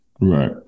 Right